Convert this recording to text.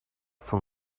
from